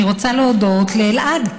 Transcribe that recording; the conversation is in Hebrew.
אני רוצה להודות לאלעד,